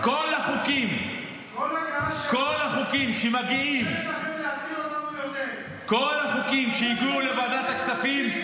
כל הגעה --- להטריל אותנו יותר --- כל החוקים שהגיעו לוועדת הכספים,